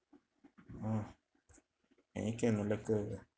uh and you can on lacquer